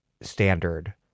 standard